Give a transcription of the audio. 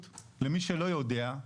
היערכות, למי שלא יודע,